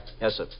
Yes